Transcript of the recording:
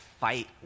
fight